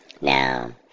Now